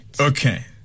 Okay